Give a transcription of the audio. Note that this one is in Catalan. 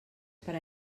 per